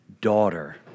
daughter